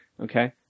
Okay